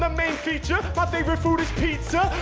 um main feature. my favorite food is pizza.